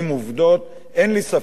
אין לי ספק שזה יקרה.